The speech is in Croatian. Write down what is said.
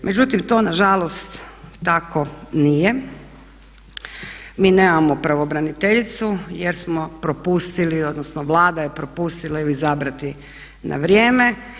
Međutim, to nažalost tako nije, mi nemamo pravobraniteljicu jer smo propustili odnosno Vlada je propustila ju izabrati na vrijeme.